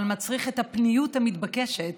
אבל מצריך את הפניות המתבקשת